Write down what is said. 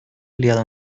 aliado